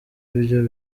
ibyo